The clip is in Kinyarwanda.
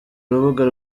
rubuga